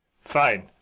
fine